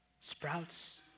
sprouts